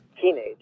teenage